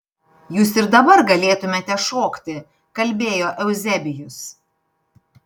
jūs ir dabar galėtumėte šokti kalbėjo euzebijus